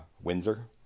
Windsor